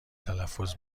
تلفظ